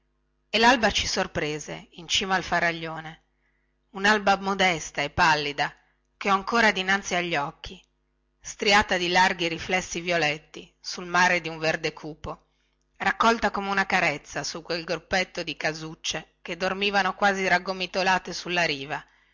e lalba ci sorprese in cima al fariglione unalba modesta e pallida che ho ancora dinanzi agli occhi striata di larghi riflessi violetti sul mare di un verde cupo raccolta come una carezza su quel gruppetto di casucce che dormivano quasi raggomitolate sulla riva